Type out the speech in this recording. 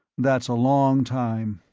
that's a long time.